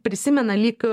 prisimena lyg